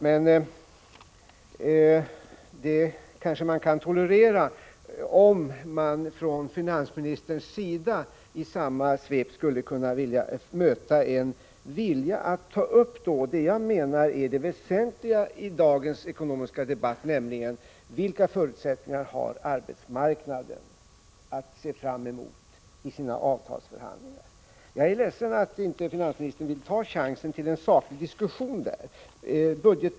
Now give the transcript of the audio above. Men det kunde man kanske tolerera, om man hos finansministern i samma svep mötte en vilja att ta upp det som jag menar är det väsentliga i dagens ekonomiska debatt: Vilka förutsättningar har arbetsmarknaden att se fram emot i sina avtalsförhandlingar? Jag är ledsen att inte finansministern vill ta chansen till en saklig diskussion om detta.